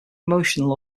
emotional